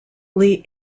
lee